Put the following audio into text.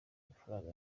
mafaranga